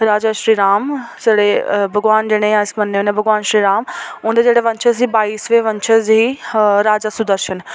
ओह् राजा श्रीराम छड़े भगवान जिनेंगी अस मनन्ने होन्ने भगवान श्रीराम उं'दे जेह्ड़े वंशज हे बाईसवें वंशज ही राजा सुदर्शन